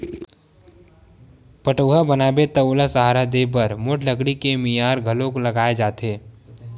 पठउहाँ बनाबे त ओला सहारा देय बर मोठ लकड़ी के मियार घलोक लगाए जाथे